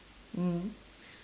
mm